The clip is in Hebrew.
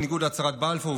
בניגוד להצהרת בלפור,